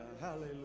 hallelujah